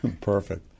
Perfect